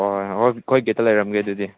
ꯑꯣ ꯍꯣꯏ ꯑꯩꯈꯣꯏ ꯒꯦꯠꯇ ꯂꯩꯔꯝꯒꯦ ꯑꯗꯨꯗꯤ